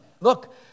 look